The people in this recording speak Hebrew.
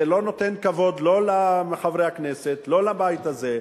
זה לא נותן כבוד לא לחברי הכנסת, לא לבית הזה.